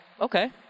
okay